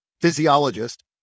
physiologist